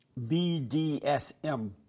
BDSM